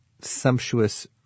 sumptuous